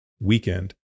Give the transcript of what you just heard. weekend